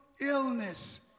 illness